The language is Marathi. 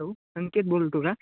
हॅलो संकेत बोलतो का